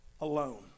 alone